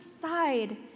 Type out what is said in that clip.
side